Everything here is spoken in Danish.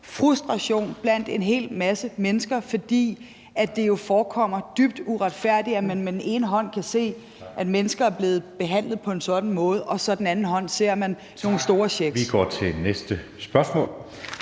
frustration blandt en hel masse mennesker, fordi det forekommer dybt uretfærdigt, at man på den ene side kan se, at mennesker bliver behandlet på en sådan måde, og man på den anden side ser sådan nogle store checks. Kl. 13:28 Anden næstformand